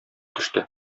төште